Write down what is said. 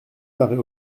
paraît